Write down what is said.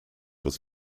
was